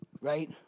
right